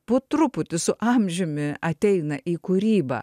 po truputį su amžiumi ateina į kūrybą